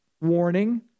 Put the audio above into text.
warning